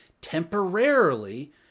temporarily